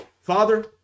Father